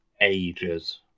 ages